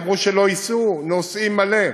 אמרו שלא ייסעו, נוסעים מלא.